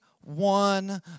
one